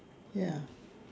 ya